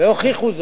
והוכיחו זאת.